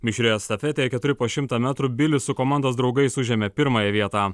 mišrioje estafetėje keturi po šimtą metrų bilis su komandos draugais užėmė pirmąją vietą